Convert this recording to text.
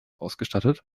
ausgestattet